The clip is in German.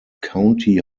county